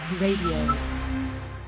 Radio